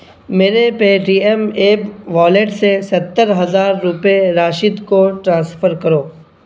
میرے Paytm app wallet سے ستر ہزار روپئے راشد کو ٹرانسفر کرو